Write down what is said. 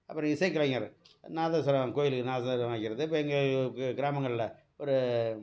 அப்புறம் இசை கலைஞர் நாதஸ்வரம் கோவிலுக்கு நாதஸ்வரம் வாசிக்கிறது இப்போ எங்கள் கிராமங்களில் ஒரு